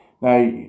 Now